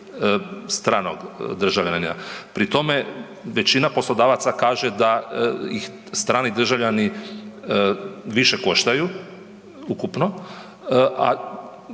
stranog državljanina. Pri tome, većina poslodavaca kaže da ih strani državljani više koštaju ukupno, a